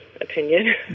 opinion